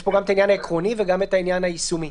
יש פה גם את העניין העקרוני וגם את העניין היישומי.